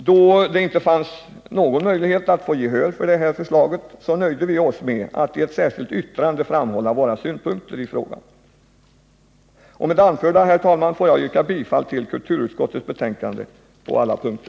Då det inte fanns någon möjlighet att få gehör för det här förslaget nöjde vi oss med att i ett särskilt yttrande framhålla våra synpunkter i frågan. Med det anförda, herr talman, får jag yrka bifall till kulturutskottets hemställan på alla punkter.